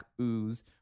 ooze